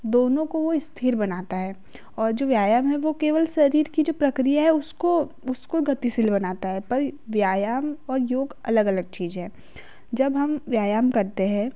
दोनों को वो स्थिर बनाता है और जो व्यायाम है वो केवल शरीर की जो प्रक्रिया है उसको उसको गतिशील बनाता है पर व्यायाम और योग अलग अलग चीज है जब हम व्यायाम करते हैं